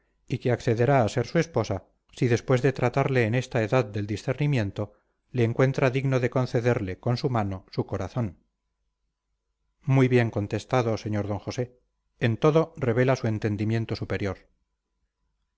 y que accederá a ser su esposa si después de tratarle en esta edad del discernimiento le encuentra digno de concederle con su mano su corazón muy bien contestado sr d josé en todo revela su entendimiento superior